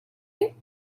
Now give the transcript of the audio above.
you